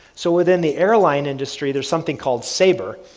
so, within the airline industry, there's something called sabre,